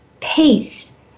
peace